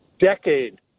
decade